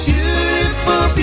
Beautiful